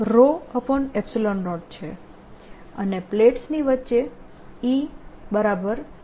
E0 છે અને પ્લેટ્સની વચ્ચે E0 છે